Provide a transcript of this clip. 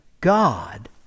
God